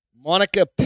Monica